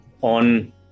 on